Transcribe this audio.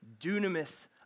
dunamis